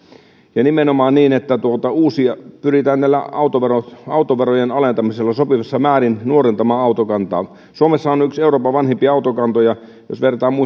ja nimenomaan sillä että pyritään tällä autoverojen autoverojen alentamisella sopivassa määrin nuorentamaan autokantaa suomessa on yksi euroopan vanhimpia autokantoja jos vertaa muihin